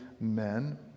men